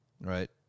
Right